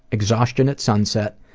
exhaustion at sunset,